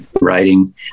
writing